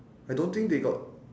I don't think they got